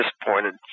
disappointed